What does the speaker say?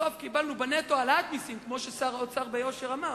ובסוף קיבלנו בנטו העלאת מסים כמו ששר האוצר ביושר אמר,